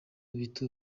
bito